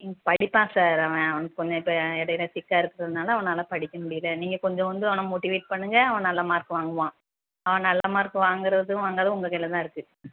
ம் படிப்பான் சார் அவன் அவனுக்கு கொஞ்சம் இப்போ இடையில சிக்காக இருக்கறதுனால் அவனால் படிக்க முடியலை நீங்கள் கொஞ்சம் வந்து அவனை மோட்டிவேட் பண்ணுங்கள் அவன் நல்ல மார்க் வாங்குவான் அவன் நல்ல மார்க் வாங்கிறதும் வாங்காததும் உங்கள் கையில் தான் இருக்குது